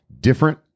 different